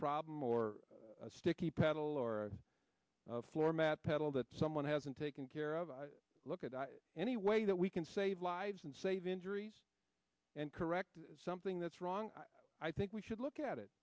problem or a sticky pedal or floor mat pedal that someone hasn't taken care of look at any way that we can save lives and save injuries and correct something that's wrong i think we should look at it